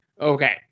Okay